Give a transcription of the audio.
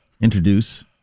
introduce